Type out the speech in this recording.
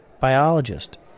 Biologist